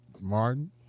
Martin